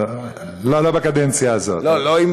יואל, תשאף, לא, לא בקדנציה הזאת.